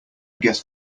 guess